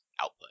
output